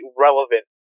relevant